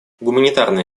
гуманитарная